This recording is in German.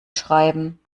schreiben